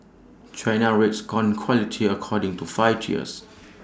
China rates corn quality according to five tiers